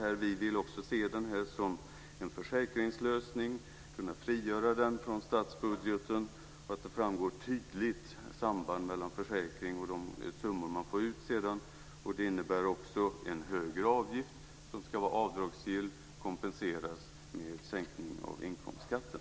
Också vi vill helst se den som en försäkringslösning och kunna frigöra den från statsbudgeten. Sambandet mellan försäkringen och de summor man sedan får ut ska framgå tydligt. Det innebär också en högre avgift som ska vara avdragsgill och kompenseras med sänkning av inkomstskatten.